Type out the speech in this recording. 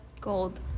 Gold